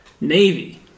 Navy